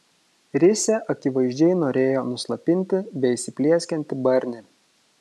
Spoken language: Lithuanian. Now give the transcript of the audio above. risia akivaizdžiai norėjo nuslopinti beįsiplieskiantį barnį